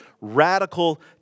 radical